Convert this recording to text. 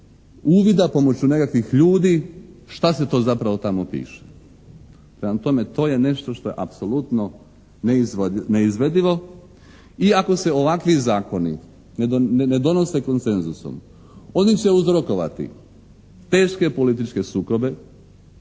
uvida pomoću nekakvih ljudi šta se to zapravo tamo piše. Prema tome, to je nešto što je apsolutno neizvedivo iako se ovakvi zakoni ne donose koncenzusom oni će uzrokovati teške političke sukobe,